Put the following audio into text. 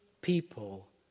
people